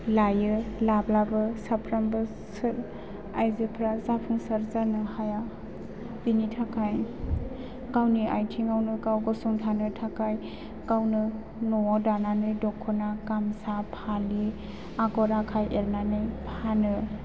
लायो लाब्लाबो साफ्रोमबो आइजोफ्रा जाफुंसार जानो हाया बिनि थाखाय गावनि आथिङावनो गाव गसंथानो थाखाय गावनो न'आव दानानै दख'ना गामसा फालि आगर आखाइ एरनानै फानो